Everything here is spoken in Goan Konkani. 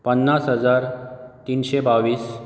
पन्नास हजार तीनशें बावीस